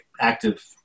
active